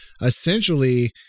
essentially